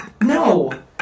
No